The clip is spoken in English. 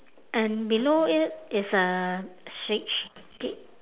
and below it is a switch